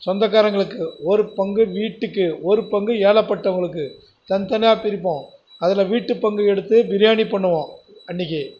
சொந்தக்காரங்களுக்கு ஒரு பங்கு வீட்டுக்கு ஒரு பங்கு ஏழைப்பட்டவங்களுக்கு தனி தனியாக பிரிப்போம் அதில் வீட்டு பங்கை எடுத்து பிரியாணி பண்ணுவோம் அன்னைக்கு